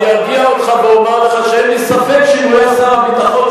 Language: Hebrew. אני ארגיע אותך ואומר לך שאין לי ספק שאם הוא היה שר הביטחון,